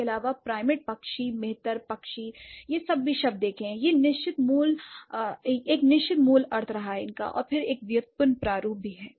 इसके अलावा प्राइमेट पक्षी मेहतर पक्षी ये भी शब्द हैं एक निश्चित मूल अर्थ रहा है और फिर एक व्युत्पन्न रूप है